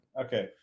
Okay